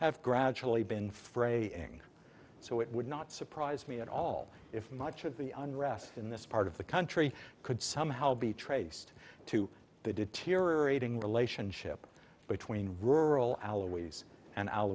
have gradually been fray and so it would not surprise me at all if much of the unrest in this part of the country could somehow be traced to the deteriorating relationship between rural alawite and